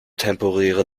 temporäre